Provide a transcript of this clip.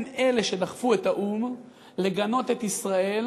הם אלה שדחפו את האו"ם לגנות את ישראל,